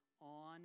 on